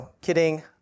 kidding